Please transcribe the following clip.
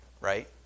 right